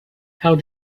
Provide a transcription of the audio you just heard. how